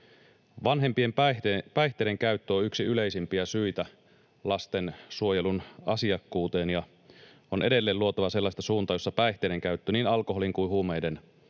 Vanhempien päihteidenkäyttö on yksi yleisimpiä syitä lastensuojelun asiakkuuteen. On edelleen luotava sellaista suuntaa, jossa päihteidenkäyttö, niin alkoholin kuin huumeiden,